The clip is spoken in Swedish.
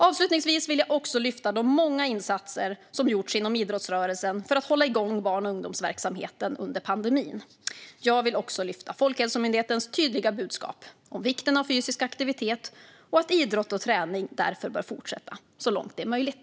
Avslutningsvis vill jag lyfta fram de många insatser som gjorts inom idrottsrörelsen för att hålla igång barn och ungdomsverksamheten under pandemin. Jag vill också lyfta fram Folkhälsomyndighetens tydliga budskap om vikten av fysisk aktivitet och att idrott och träning därför bör fortsätta så långt det är möjligt.